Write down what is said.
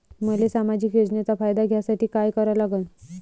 मले सामाजिक योजनेचा फायदा घ्यासाठी काय करा लागन?